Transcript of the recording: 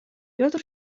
петр